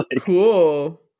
Cool